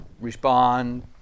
respond